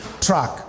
track